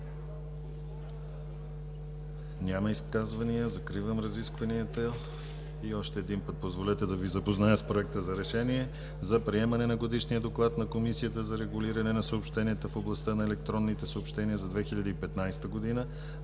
Няма изказвания. Закривам разискванията. Още един път, позволете, да Ви запозная с Проекта за решение за приемане на Годишния доклад на Комисията за регулиране на съобщенията в областта на електронните съобщения за 2015 г.: